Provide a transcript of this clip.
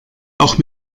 auch